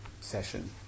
session